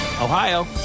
Ohio